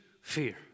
fear